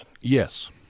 Yes